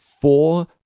four